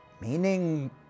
Meaning